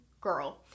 girl